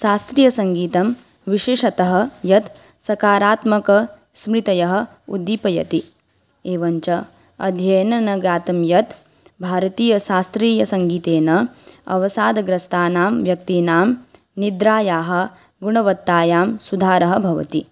शास्त्रीयसङ्गीतं विशेषतः यत् सकारात्मकः स्मृतयः उद्दीपयति एवं च अध्ययनेन ज्ञातं यत् भारतीयशास्त्रीयसङ्गीतेन अवसादग्रस्तानां व्यक्तीनां निद्रायाः गुणवत्तायां सुधारः भवति